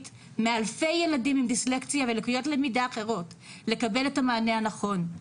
מאלפי ילדים עם דיסלקציה ולקויות למידה אחרות לקבל את המענה הנכון.